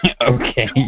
Okay